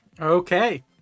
Okay